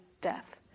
death